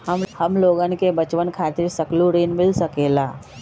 हमलोगन के बचवन खातीर सकलू ऋण मिल सकेला?